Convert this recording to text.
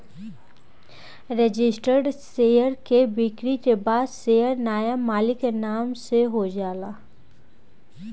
registered share के बिक्री के बाद शेयर नाया मालिक के नाम से हो जाला